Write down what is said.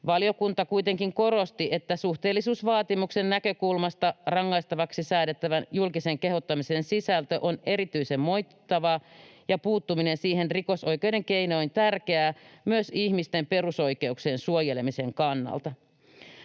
Valiokunta kuitenkin korosti, että suhteellisuusvaatimuksen näkökulmasta rangaistavaksi säädettävän julkisen kehottamisen sisältö on erityisen moitittavaa ja puuttuminen siihen rikosoikeuden keinoin tärkeää myös ihmisten perusoikeuksien suojelemisen kannalta.